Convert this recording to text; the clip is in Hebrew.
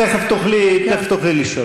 תכף תוכלי לשאול.